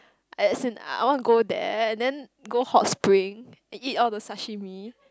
as in I want to go there and then go hot spring and eat all the sashimi